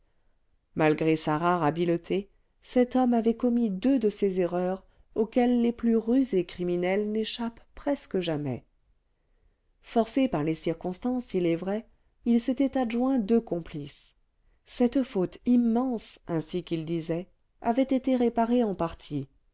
malgré sa rare habileté cet homme avait commis deux de ces erreurs auxquelles les plus rusés criminels n'échappent presque jamais forcé par les circonstances il est vrai il s'était adjoint deux complices cette faute immense ainsi qu'il disait avait été réparée en partie